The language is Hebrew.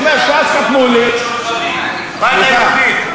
הוא אומר, הבית היהודי.